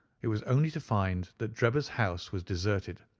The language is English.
it was only to find that drebber's house was deserted,